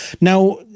now